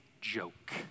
joke